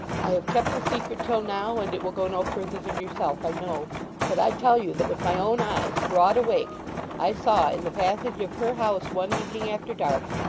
i have kept the secret till now, and it will go no further than yourself, i know but i tell you that with my own eyes broad awake i saw, in the passage of her house one evening after dark,